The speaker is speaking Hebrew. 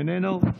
איננו,